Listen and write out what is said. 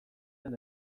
zen